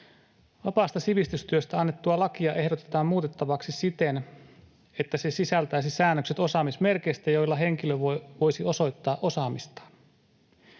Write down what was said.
Vapaasta sivistystyöstä annettua lakia ehdotetaan muutettavaksi siten, että se sisältäisi säännökset osaamismerkeistä, joilla henkilö voisi osoittaa osaamistaan.